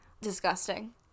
Disgusting